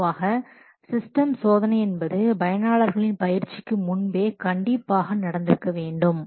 பொதுவாக சிஸ்டம் சோதனை என்பது பயனாளர்களின் பயிற்சிக்கு முன்பே கண்டிப்பாக நடந்திருக்க வேண்டும்